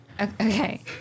Okay